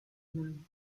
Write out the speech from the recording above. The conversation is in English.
man